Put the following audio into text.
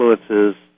influences